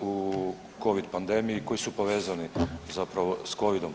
u covid pandemiji koji su povezani zapravo sa covidom.